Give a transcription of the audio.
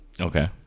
Okay